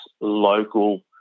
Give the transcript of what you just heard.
local